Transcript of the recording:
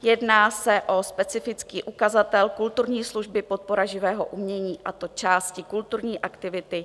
Jedná se o specifický ukazatel kulturní služby, podpora živého umění, a to části Kulturní aktivity.